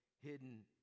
hidden